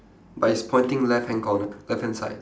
but it's pointing left hand corner left hand side